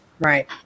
Right